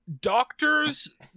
Doctors